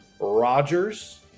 Rodgers